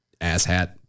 asshat